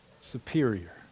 superior